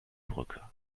brücke